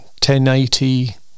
1080